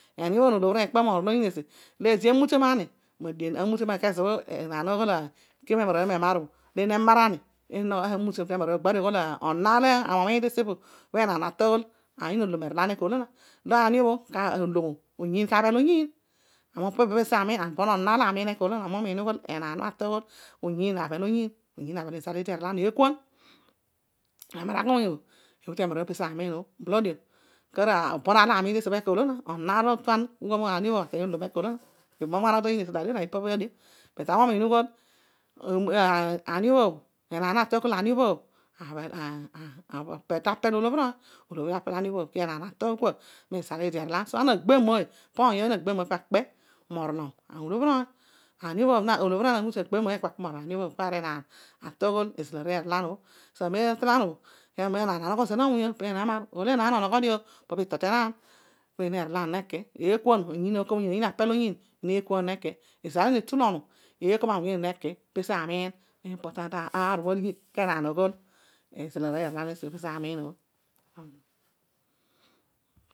Aniobhōbh no olobhir oiy ikpe morol ayiin esi leedi emut iom ani madien, emutiom ani ke zo bho enaan naaghol iki memar aani ōbhō leena emar ami emutiom temararouy ōbhō. Ugbadio ōghōla, onon oar olo ami umiin tesiopo bho enaan ato aghol ami no ōlōm erolan ekona oolo na. Pa ani ōbho nolom ō, oyiin kabhel oyiin, pezo ami umiim. Aami umiin ughol izal eedi oyiin abhel oyiin, izal eedi erol eekuan bolo dio bonaar laami umun tesiopo eko na ōolo na. Aar lutuan kughol ami nolom erol toyiin esi olo na, ibum umaghanan toyiin esi nadio na. But ami uniin ughol enaan na ato akol aniobhobh takpe molobhir oiny then olobhir ony takpe ma aniobhobh. So anagbehh mooy, aniobhobh nagbebh mooy, aneghe morolan olobhir oiny. Olobhir oiny na gbebh mōoy ekana aneghe marol aniobhobh morolan kezobhō enaan ato aghōl erolam ō. Enaan anogho zeena wuny ō, peena nemar, enaan onogho dio o pi ito tenaan peena nerolan neki, eekuan oyiin apel oyiin etolan neki. Izal eena etul onu eeko mawuny eena neki. Pezo ami umiin aar ōbhō adighi enaan adeghe aghol izal aroiy erol oyiin esi pezo ami umiin ōbhō.